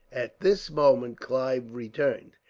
at this moment, clive returned.